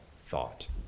thought